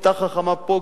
כיתה חכמה פה,